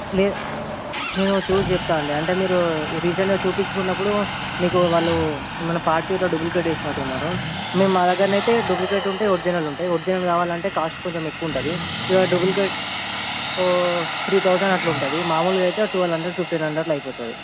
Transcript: లే నేను చూసి చెప్తాను అండి అంటే మీరు రీసెల్లర్ చూపించుకున్నప్పుడు మీకు వాళ్ళు ఏమైనా పార్ట్స్ ఇట్లా డూప్లికేట్ వేసినట్టు ఉన్నారు మేము మా దగ్గరన అయితే డూప్లికేట్ ఉంటాయి ఒరిజినల్ ఉంటాయి ఒరిజినల్ కావాలి అంటే కాస్ట్ కొంచెం ఎక్కువ ఉంటుంది ఇక డూప్లికేట్ త్రీ థౌజండ్ అట్లా ఉంటుంది మాములుగా అయితే ట్వల్వ్ హండ్రెడ్ ఫిఫ్టీన్ హండ్రెడ్లో అయిపోతుంది